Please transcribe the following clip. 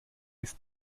ist